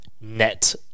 net